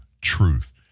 truth